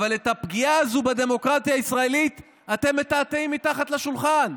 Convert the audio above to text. אבל את הפגיעה הזו בדמוקרטיה הישראלית אתם מטאטאים מתחת לשולחן,